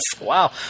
Wow